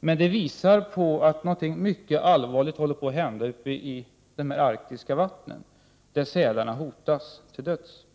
Det visar dock att något mycket allvarligt håller på att hända i det arktiska vattnen där sälarna hotas till döds.